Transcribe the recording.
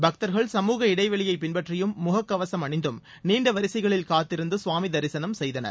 பக்தர்கள் சமூக இடைவெளியை பின்பற்றியும் முகக்கவசம் அணிந்தும் நீண்டவரிசைகளில் காத்திருந்து சாமிதரிசனம் செய்தனர்